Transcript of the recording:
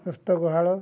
ହସ୍ତ ଗୁହାଳ